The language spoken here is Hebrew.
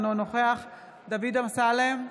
אינו נוכח דוד אמסלם,